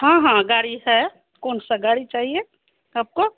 हाँ हाँ गाड़ी है कौन सी गाड़ी चाहिए आपको